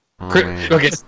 Okay